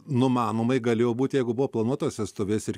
numanomai galėjo būti jeigu buvo planuotos vestuvės ir